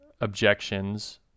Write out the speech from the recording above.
objections